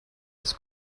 his